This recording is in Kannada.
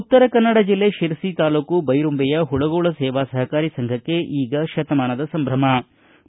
ಉತ್ತರ ಕನ್ನಡ ಜಿಲ್ಲೆ ಶಿರಸಿ ತಾಲ್ಲೂಕು ಭೈರುಂಬೆಯ ಪುಳಗೋಳ ಸೇವಾ ಸಹಕಾರೀ ಸಂಘಕ್ಕೆ ಈಗ ಶತಮಾನದ ಸಂಭವು